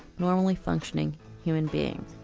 normally functioning human beings.